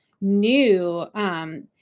new